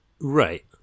Right